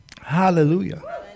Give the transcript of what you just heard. Hallelujah